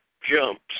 jumps